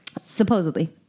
Supposedly